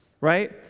right